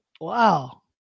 Wow